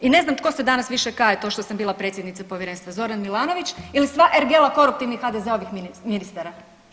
I ne znam tko se danas više kaje to što sam bila predsjednica povjerenstva, Zoran Milanović ili sva ergela koruptivnih HDZ-ovih ministara.